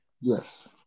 Yes